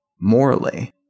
morally